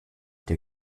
der